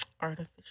Artificial